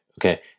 Okay